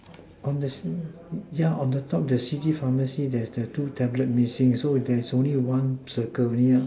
on the on the too the city pharmacy there's the two tablet only one missing only